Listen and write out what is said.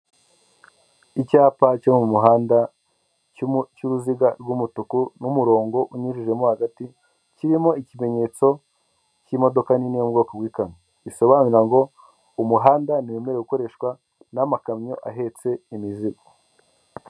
Icyapa cyo mu muhanda cy'uruziga rw'umutuku n'umurongo unyujijemo hagati, kirimo ikimenyetso cy'imodoka nini yo mu bwoko bw'ikamyo, bisobanura ngo umuhanda ntiwemerewe gukoreshwa n'amakamyo ahetse imizigo.